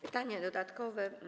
Pytanie dodatkowe.